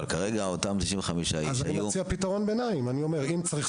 אבל כרגע אותם 95 איש היו -- אז אני מציע פתרון ביניים: אם צריך